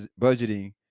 budgeting